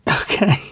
Okay